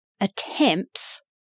attempts